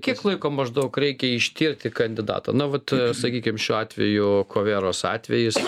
kiek laiko maždaug reikia ištirti kandidatą na vat sakykim šiuo atveju kovėros atvejis